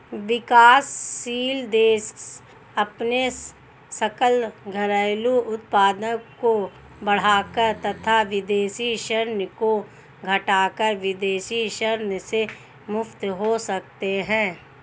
विकासशील देश अपने सकल घरेलू उत्पाद को बढ़ाकर तथा विदेशी ऋण को घटाकर विदेशी ऋण से मुक्त हो सकते हैं